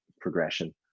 progression